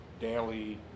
daily